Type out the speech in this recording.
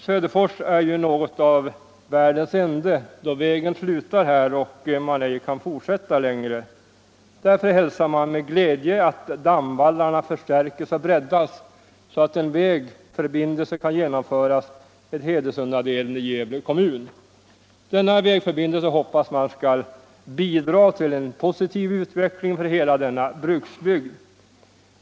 Söderfors är ju något av världens ände, eftersom vägen slutar här och man inte kan fortsätta längre. Därför hälsar man med glädje att dammvallarna förstärks och breddas så att en vägförbindelse kan genomföras med Hedesundaleden i Gävle kommun. Denna vägförbindelse hoppas man skall bidra till en positiv utveckling för hela denna bruksbygd.